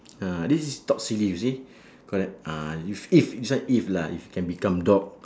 ah this is talk silly you see correct ah if if this one if lah if can become dog